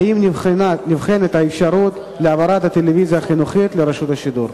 2. האם נבחנת האפשרות להעברת הטלוויזיה החינוכית לרשות השידור?